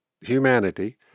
humanity